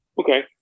Okay